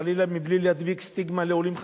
חלילה מבלי להדביק סטיגמה לעולים חדשים,